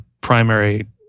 primary